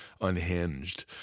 unhinged